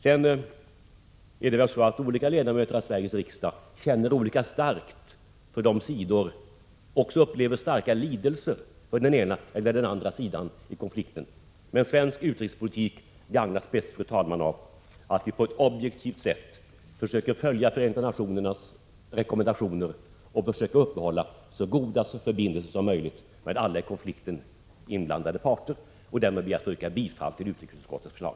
Det är klart att olika ledamöter i Sveriges riksdag känner olika starkt och upplever olika stark lidelse för den ena eller den andra sidan i konflikten. Men svensk utrikespolitik gagnas bäst, fru talman, av att vi på ett objektivt sätt följer FN:s rekommendationer och försöker upprätthålla så goda förbindelser som möjligt med alla i konflikten inblandade parter. Därmed ber jag att få yrka bifall till utskottets förslag.